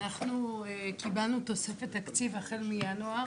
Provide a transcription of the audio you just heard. אנחנו קיבלנו תוספת תקציב החל מינואר,